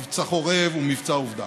מבצע חורב ומבצע עובדה.